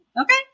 Okay